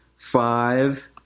Five